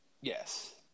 Yes